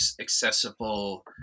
accessible